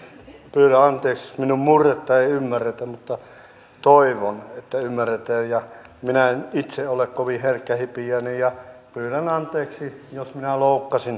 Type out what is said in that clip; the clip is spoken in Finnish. tullaan teismin umur tai ymmärretä mutta toivon että ymmärtää ja mitä pidätte merkittävimpinä kokeiluina suhteessa tulevaan vuoteen